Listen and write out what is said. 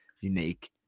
unique